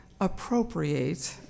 appropriate